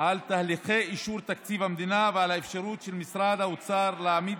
על תהליכי אישור תקציב המדינה ועל האפשרות של משרד האוצר להעמיד